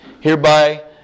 Hereby